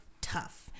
tough